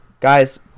guys